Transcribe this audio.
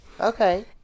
okay